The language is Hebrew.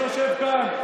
שיושב כאן,